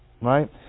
right